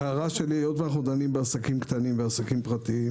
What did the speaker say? ההערה שלי היות שאנחנו דנים בעסקים קטנים ובעסקים פרטיים